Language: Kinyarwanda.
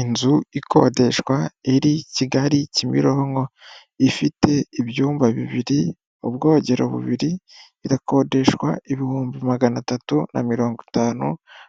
Inzu ikodeshwa iri Kigali Kimironko, ifite ibyumba bibiri, ubwogero bubiri, irakodeshwa ibihumbi magana atatu na mirongo itanu